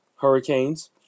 hurricanes